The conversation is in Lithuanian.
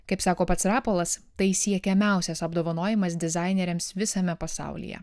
kaip sako pats rapolas tai siekiamiausias apdovanojimas dizaineriams visame pasaulyje